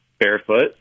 barefoot